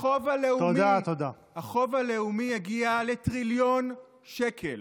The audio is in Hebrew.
החוב הלאומי הגיע לטריליון שקל.